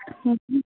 হুম হুম